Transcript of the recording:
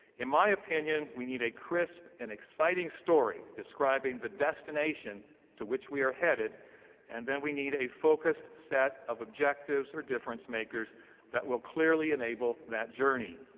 in my opinion, we need a crisp and exciting story describing the destination to which we are headed and then we need a focused set of objectives or difference makers that will clearly enable that journey.